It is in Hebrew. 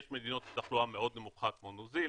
יש מדינות עם תחלואה מאוד נמוכה כמו ניו-זילנד,